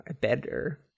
Better